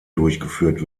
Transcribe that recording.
durchgeführt